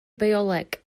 bioleg